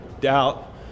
doubt